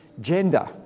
gender